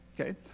okay